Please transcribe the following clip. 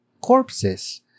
corpses